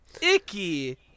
icky